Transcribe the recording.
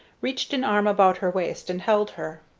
reached an arm about her waist and held her.